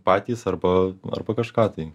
patys arba arba kažką tai